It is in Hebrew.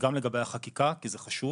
גם לגבי החקיקה, כי זה חשוב